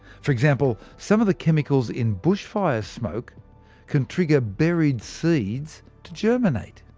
for example, some of the chemicals in bushfire smoke can trigger buried seeds to germinate.